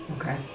Okay